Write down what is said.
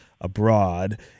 abroad